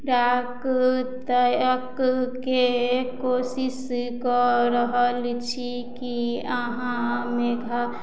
खुराक ताकऽके कोशिश कऽ रहल छी कि अहाँ मेघालय